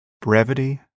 brevity